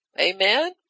amen